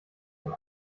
von